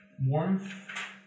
warmth